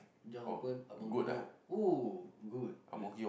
just open abang-gemuk !ooh! good ya